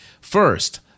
First